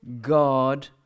God